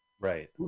right